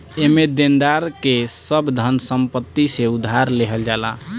एमे देनदार के सब धन संपत्ति से उधार लेहल जाला